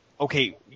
Okay